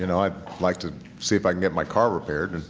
you know i'd like to see if i can get my car repaired,